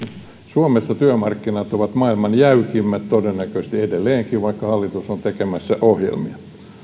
suomessa työmarkkinat ovat maailman jäykimmät todennäköisesti edelleenkin vaikka hallitus on tekemässä ohjelmia